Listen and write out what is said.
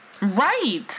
right